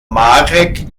marek